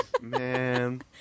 Man